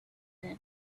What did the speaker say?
when